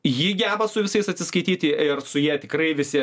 ji geba su visais atsiskaityti ir su ja tikrai visi